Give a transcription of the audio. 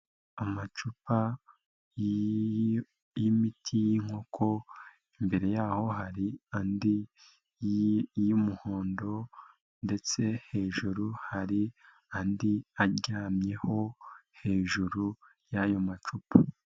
Amacupa y'imiti y'inkoko, imbere y'aho hari andi y'umuhondo ndetse hejuru hari andi aryamyeho hejuru y'ayo macupa.